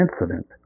incident